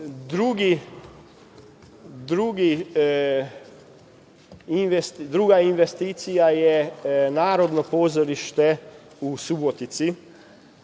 puta. Druga investicija je Narodno pozorište u Subotici,